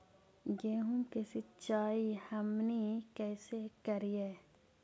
गेहूं के सिंचाई हमनि कैसे कारियय?